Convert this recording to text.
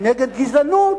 נגד גזענות.